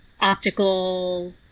optical